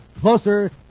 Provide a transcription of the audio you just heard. closer